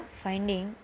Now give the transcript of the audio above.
finding